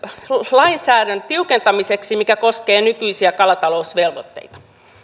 lainsäädännön tiukentamiseksi mikä koskee nykyisiä kalatalousvelvoitteita